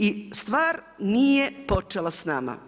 I stvar nije počela s nama.